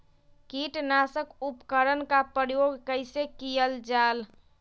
किटनाशक उपकरन का प्रयोग कइसे कियल जाल?